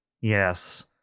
yes